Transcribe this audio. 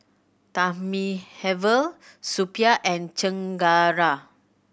Thamizhavel Suppiah and Chengara